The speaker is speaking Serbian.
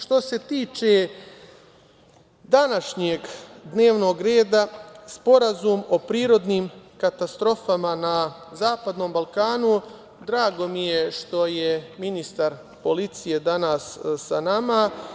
Što se tiče današnjeg dnevnog reda, Sporazum o prirodnim katastrofama na zapadnom Balkanu, drago mi je što je ministar policije danas sa nama.